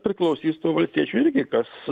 priklausys nuo valstiečių irgi kas